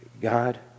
God